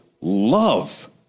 love